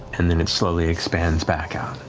and then it slowly expands back out.